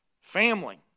Family